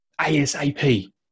asap